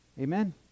Amen